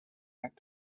back